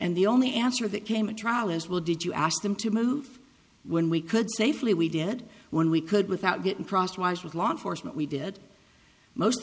and the only answer that came a trial is will did you ask them to move when we could safely we did when we could without getting crosswise with law enforcement we did most of the